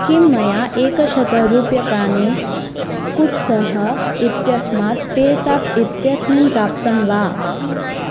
किं मया एकशतरूप्यकाणि कुत्सः इत्यस्मात् पे साप् इत्यस्मिन् प्राप्तं वा